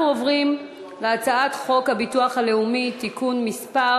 אנחנו עוברים להצעת חוק הביטוח הלאומי (תיקון מס'